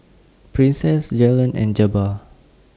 Princess Jalen and Jabbar